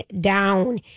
down